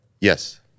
Yes